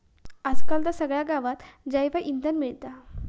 आज काल तर सगळ्या गावात जैवइंधन मिळता